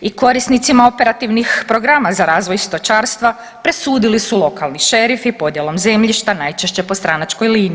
I korisnicima operativnih programa za razvoj stočarstva presudili su lokalni šerifi podjelom zemljišta najčešće po stranačkoj liniji.